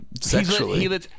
sexually